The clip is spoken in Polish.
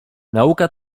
nauka